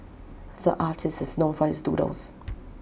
the artist is known for his doodles